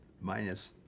minus